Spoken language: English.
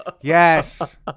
Yes